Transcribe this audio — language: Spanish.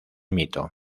mito